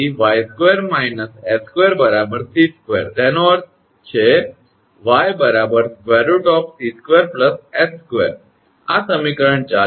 તો તેથી 𝑦2 − 𝑠2 𝑐2 તેનો અર્થ છે 𝑦 √𝑐2 𝑠2 આ સમીકરણ 40 છે